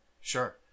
Sure